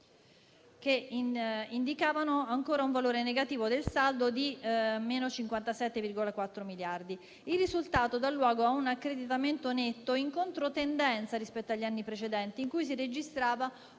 che indicavano ancora un valore negativo del saldo di meno 57,4 miliardi. Il risultato dà luogo a un accreditamento netto in controtendenza rispetto agli anni precedenti, in cui si registrava